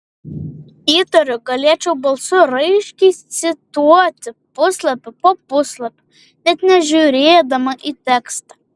įtariu galėčiau balsu raiškiai cituoti puslapį po puslapio net nežiūrėdama į tekstą